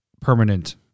permanent